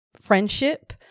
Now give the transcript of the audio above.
friendship